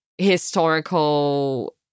historical